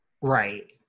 Right